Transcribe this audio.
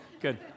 good